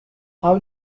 how